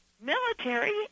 military